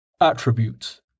Attributes